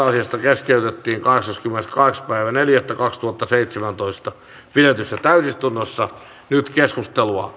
asiasta keskeytettiin kahdeskymmeneskahdeksas neljättä kaksituhattaseitsemäntoista pidetyssä täysistunnossa ja nyt keskustelua